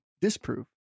disprove